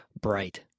bright